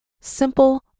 simple